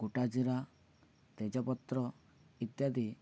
ଗୋଟା ଜିରା ତେଜପତ୍ର